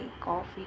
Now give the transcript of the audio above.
coffee